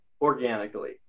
organically